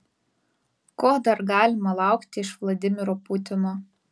ko dar galima laukti iš vladimiro putino